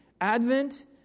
Advent